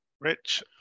Rich